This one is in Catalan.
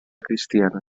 cristiana